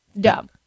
Dumb